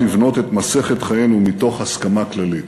לבנות את מסכת חיינו מתוך הסכמה כללית.